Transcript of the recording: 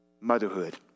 Motherhood